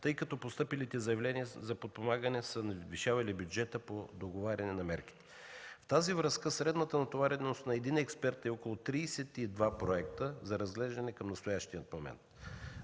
тъй като постъпилите заявления за подпомагане са надвишавали бюджета по договаряне на мерките. Във връзка с това средната натовареност на един експерт е около 32 проекта за разглеждане към настоящия момент.